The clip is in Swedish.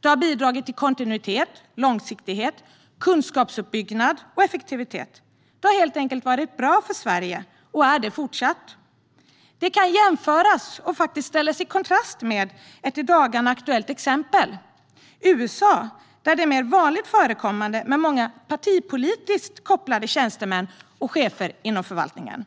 Den har bidragit till kontinuitet, långsiktighet, kunskapsuppbyggnad och effektivitet. Den har helt enkelt varit bra för Sverige och är det fortsatt. Detta kan jämföras och ställas i kontrast med ett i dagarna aktuellt exempel: USA, där det är mer vanligt förekommande med många partipolitiskt kopplade tjänstemän och chefer inom förvaltningen.